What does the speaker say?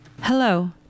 Hello